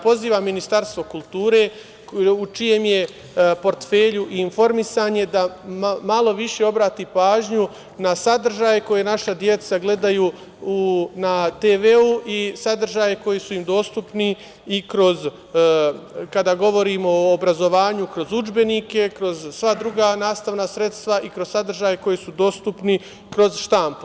Pozivam Ministarstvo kulture u čijem je portfelju i informisanje da malo više obrati pažnju na sadržaje koje naša deca gledaju na TV i sadržaje koji su im dostupni kada govorimo o obrazovanju kroz udžbenike, kroz sva druga nastavna sredstva i kroz sadržaje koji su dostupni kroz štampu.